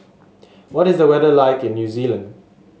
what is the weather like in New Zealand